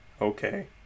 okay